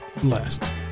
Blessed